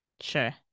Sure